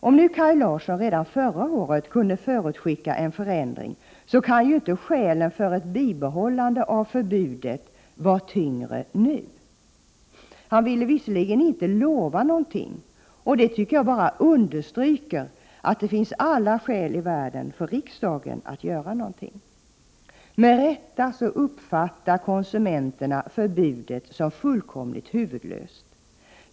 Om Kaj Larsson redan förra året kunde förutskicka en förändring, så kan ju inte skälen för ett bibehållande av förbudet vara tyngre nu. Han ville visserligen inte lova någonting, men det tycker jag bara understryker att det finns skäl för riksdagen att göra någonting. Konsumenterna uppfattar med rätta förbudet som fullkomligt huvudlöst.